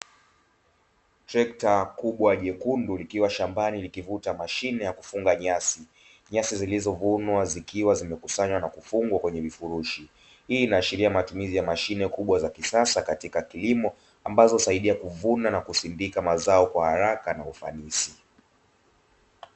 Trekta kubwa jekundu likiwa shambani nikivuta mashine ya kufunga nyasi. Nyasi zilizovunwa zikiwa zimekusanywa na kufungwa kwenye vifurushi. Hii inaashiria matumizi ya mashine kubwa za kisasa katika kilimo ambazo inasaidia kuvuna na kusindika mazao kwa haraka na ufanisi.